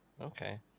Okay